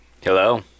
Hello